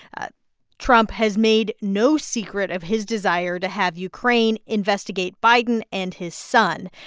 ah trump has made no secret of his desire to have ukraine investigate biden and his son,